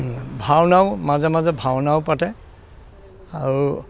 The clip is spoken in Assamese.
ভাওনাও মাজে মাজে ভাওনাও পাতে আৰু